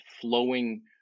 flowing